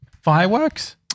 Fireworks